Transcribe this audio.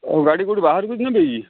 ଆଉ ଗାଡ଼ି କେଉଁଠିକି ବାହାରକୁ କି